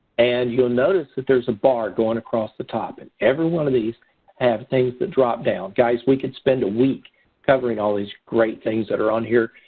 and you'll notice that there is a bar going across the top, and every one of these has things that drop down. guys, we could spend a week covering all these great things that are on here,